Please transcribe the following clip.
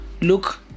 look